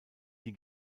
die